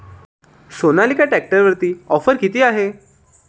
सोनालिका ट्रॅक्टरवर ऑफर किती आहे?